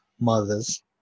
mothers